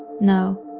no,